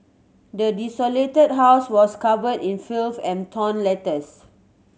the desolated house was covered in filth and torn letters